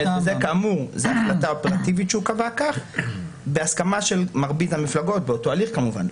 זאת החלטה אופרטיבית שהוא קבע בהסכמה של רוב המפלגות באותו הליך כמובן,